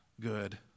good